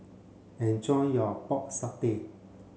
enjoy your pork satay